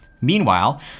Meanwhile